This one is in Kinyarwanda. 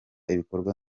ibikorwa